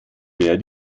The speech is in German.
wer